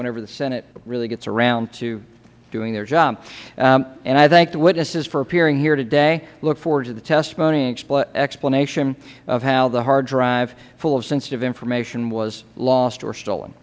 whenever the senate really gets around to doing their job and i thank the witnesses for appearing here today and look forward to the testimony and explanation of how the hard drive full of sensitive information was lost or stolen